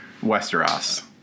Westeros